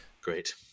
Great